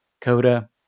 Coda